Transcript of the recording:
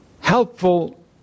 helpful